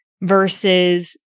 versus